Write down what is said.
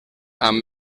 amb